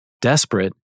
Desperate